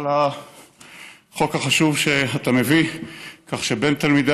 על החוק החשוב שאתה מביא כך שבין תלמידי